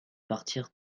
partir